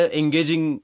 engaging